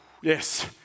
Yes